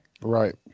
Right